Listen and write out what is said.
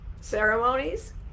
ceremonies